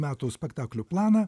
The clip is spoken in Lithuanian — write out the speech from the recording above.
metų spektaklių planą